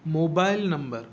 mobile number